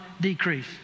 decrease